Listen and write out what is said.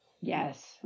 Yes